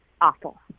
awful